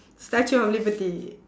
statue of liberty